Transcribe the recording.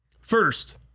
First